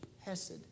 hesed